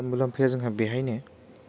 मुलाम्फाया जोंहा बेहायनो